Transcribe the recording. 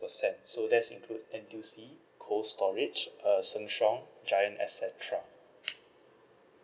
percent so that's include N_T_U_C Cold Storage uh Sheng Siong Giant et cetera